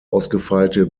ausgefeilte